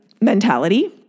mentality